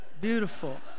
Beautiful